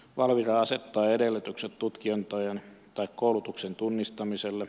valvira asettaa edellytykset tutkintojen tai koulutuksen tunnistamiselle